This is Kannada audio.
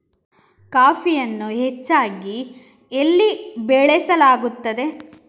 ಕಾಫಿಯನ್ನು ಹೆಚ್ಚಾಗಿ ಎಲ್ಲಿ ಬೆಳಸಲಾಗುತ್ತದೆ?